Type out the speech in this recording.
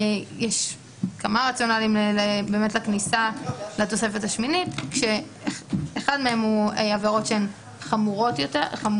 יש כמה רציונלים לכניסה לתוספת השמינית כאשר אחד מהם הוא עבירות שהן במדרג